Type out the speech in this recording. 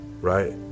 right